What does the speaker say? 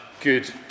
good